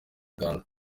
uganda